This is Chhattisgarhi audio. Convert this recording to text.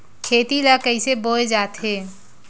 खेती ला कइसे बोय जाथे?